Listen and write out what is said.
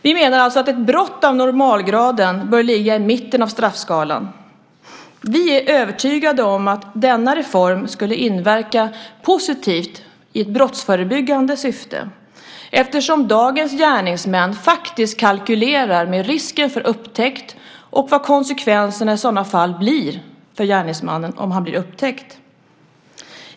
Vi menar alltså att ett brott av normalgraden bör ligga i mitten av straffskalan. Vi är övertygade om att denna reform skulle inverka positivt i ett brottsförebyggande syfte eftersom dagens gärningsmän faktiskt kalkylerar med risken för upptäckt och vad konsekvenserna blir för gärningsmannen om han blir upptäckt.